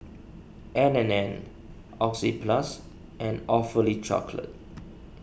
N and N Oxyplus and Awfully Chocolate